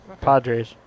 Padres